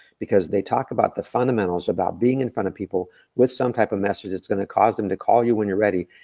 because they talk about the fundamentals about being in front of people with some type of message that's gonna cause them to call you when you're ready.